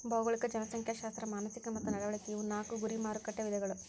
ಭೌಗೋಳಿಕ ಜನಸಂಖ್ಯಾಶಾಸ್ತ್ರ ಮಾನಸಿಕ ಮತ್ತ ನಡವಳಿಕೆ ಇವು ನಾಕು ಗುರಿ ಮಾರಕಟ್ಟೆ ವಿಧಗಳ